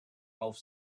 off